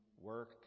work